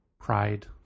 Pride